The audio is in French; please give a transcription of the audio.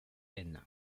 end